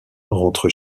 rentre